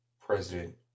President